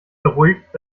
beruhigt